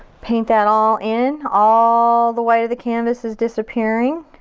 paint that all in. all the white of the canvas is disappearing.